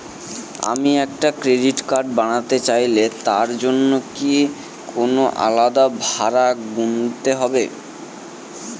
আমি একটি credit card বানাতে চাইলে তার জন্য কি কোনো আলাদা ভাড়া গুনতে হবে?